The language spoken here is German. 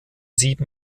sieben